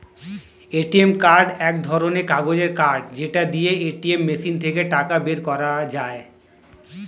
ATM card এক ধরণের কাগজের কার্ড যেটা দিয়ে এটিএম মেশিন থেকে টাকা বের করা যায়